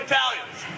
Italians